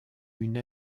une